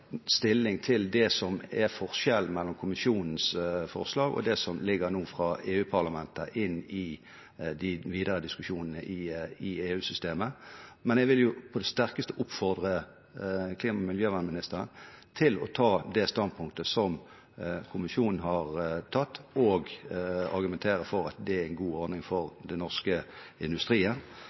stilling til det som er forskjellen mellom kommisjonens forslag og det som nå foreligger fra EU-parlamentet inn i de videre diskusjonene i EU-systemet. Men jeg vil jo på det sterkeste oppfordre klima- og miljøministeren til å ta det standpunktet som kommisjonen har tatt, og argumentere for at det er en god ordning for den norske industrien